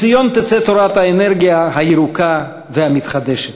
מציון תצא תורת האנרגיה הירוקה והמתחדשת.